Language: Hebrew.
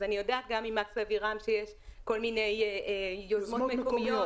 אז אני יודעת גם ממקס אבירם שיש כל מיני יוזמות מקומיות